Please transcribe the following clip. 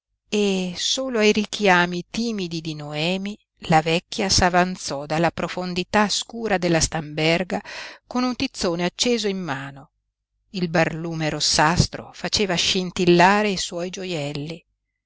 e solo ai richiami timidi di noemi la vecchia s'avanzò dalla profondità scura della stamberga con un tizzone acceso in mano il barlume rossastro faceva scintillare i suoi gioielli